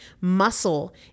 Muscle